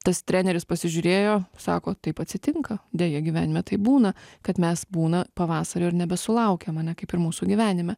tas treneris pasižiūrėjo sako taip atsitinka deja gyvenime taip būna kad mes būna pavasario ir nebesulaukiam ane kaip ir mūsų gyvenime